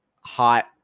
hot